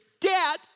Dad